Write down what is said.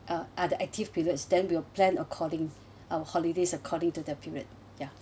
uh are the active periods then we will plan according our holidays according to the period ya